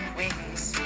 wings